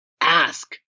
ask